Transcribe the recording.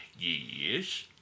Yes